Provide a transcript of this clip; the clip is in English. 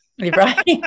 right